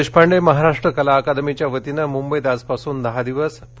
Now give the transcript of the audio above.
देशपांडे महाराष्ट्र कला अकादमीच्या वतीने मुंबईत आजपासून दहा दिवस पु